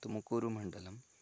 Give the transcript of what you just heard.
तुमकूरुमण्डलं